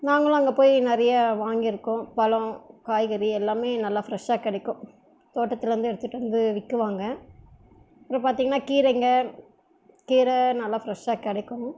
நாங்களும் அங்கே போய் நிறைய வாங்கியிருக்கோம் பழம் காய்கறி எல்லாம் நல்லா ஃப்ரெஷ்ஷாக கிடைக்கும் தோட்டத்திலேர்ந்து எடுத்துகிட்டு வந்து விக்குறாங்க அப்புறம் பார்த்திங்கன்னா கீரைங்க கீரை நல்லா ஃப்ரெஷ்ஷாக கிடைக்கும்